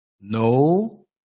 No